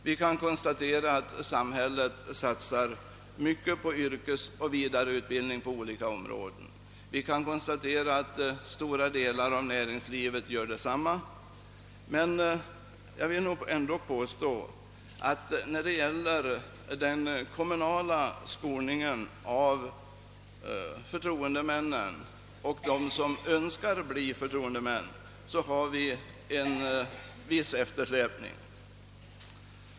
Vi kan konstatera att samhället satsar mycket på yrkesoch vidareutbildning på olika områden och kan också fastslå att näringslivet gör detsamma, men jag vill ändå påstå att det beträffande den kommunala skolningen av förtroendemännen och dem som Önskar bli förtroendemän råder en viss eftersläpning.